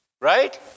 right